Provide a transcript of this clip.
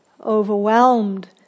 overwhelmed